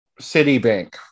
Citibank